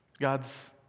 God's